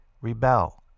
rebel